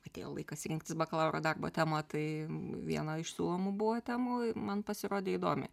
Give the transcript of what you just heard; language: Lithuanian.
atėjo laikas rinktis bakalauro darbo temą tai viena iš siūlomų buvo temų man pasirodė įdomi